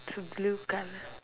to blue colour